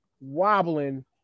wobbling